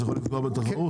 זה יכול לפגוע בתחרות?